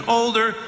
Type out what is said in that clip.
older